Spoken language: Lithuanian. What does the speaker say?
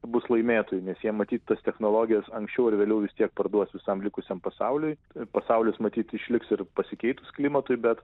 bus laimėtojai nes jie matyt tas technologijas anksčiau ar vėliau vis tiek parduos visam likusiam pasauliui pasaulis matyt išliks ir pasikeitus klimatui bet